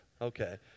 Okay